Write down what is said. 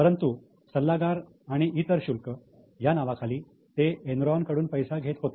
परंतु सल्लागार आणि इतर शुल्क या नावाखाली ते एनरॉन कडून पैसा घेत होते